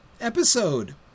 episode